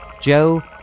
Joe